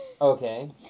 Okay